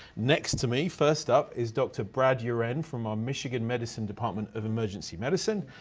next to me, first up, is doctor brad yeah uren from our michigan medicine department of emergency medicine,